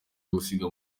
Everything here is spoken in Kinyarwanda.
gusiga